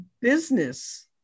business